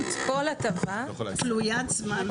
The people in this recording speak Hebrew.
כל הטבה תלוית זמן.